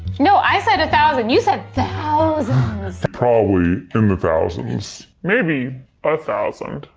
no, i said a thousand. you said thousands probably in the thousands. maybe a thousand.